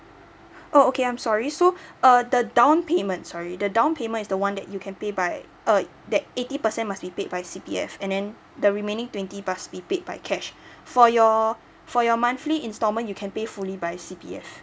oh okay I'm sorry so uh the down payment sorry the down payment is the one that you can pay by uh that eighty percent must be paid by C_P_F and then the remaining twenty must be paid by cash for your for your monthly installment you can pay fully by C_P_F